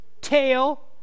tail